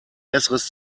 besseres